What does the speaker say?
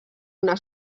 una